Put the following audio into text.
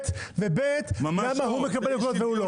ולמה הוא מקבל נקודות והוא לא.